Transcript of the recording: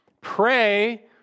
pray